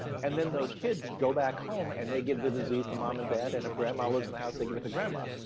and then those kids go back home and they give the disease to mom and dad and if grandma lives in the house, they give it to grandma.